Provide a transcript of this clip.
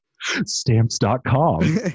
Stamps.com